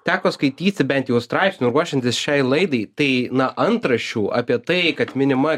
teko skaityti bent jo straipsnių ruošiantis šiai laidai tai na antraščių apie tai kad minima